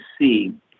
see